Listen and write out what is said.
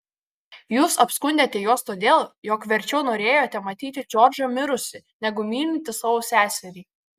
jūs apskundėte juos todėl jog verčiau norėjote matyti džordžą mirusį negu mylintį savo seserį